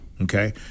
Okay